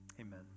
Amen